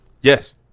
Yes